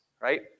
right